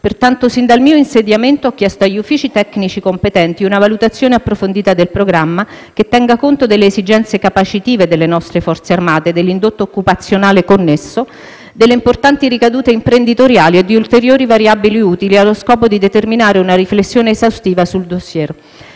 Pertanto, sin dal mio insediamento ho chiesto agli uffici tecnici competenti una valutazione approfondita del programma che tenga conto delle esigenze e delle capacità delle nostre Forze armate e dell'indotto occupazionale connesso, delle importanti ricadute imprenditoriali e di ulteriori variabili utili allo scopo di determinare una riflessione esaustiva sul *dossier*.